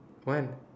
when